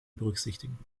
berücksichtigen